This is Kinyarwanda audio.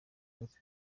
gatatu